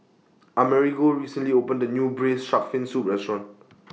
Amerigo recently opened A New Braised Shark Fin Soup Restaurant